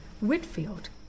Whitfield